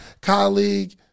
colleague